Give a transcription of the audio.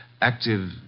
active